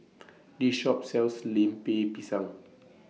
This Shop sells Lemper Pisang